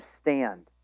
stand